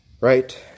Right